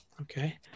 okay